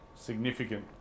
significant